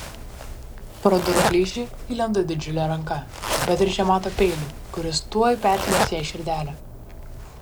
pro durų plyšį įlenda didžiulė ranka beatričė mato peilį kuris tuoj persmeigs jai širdelę